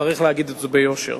וצריך להגיד את זה ביושר,